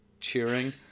cheering